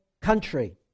country